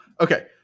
Okay